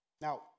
Now